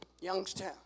Youngstown